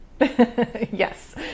yes